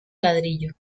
ladrillo